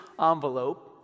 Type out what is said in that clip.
envelope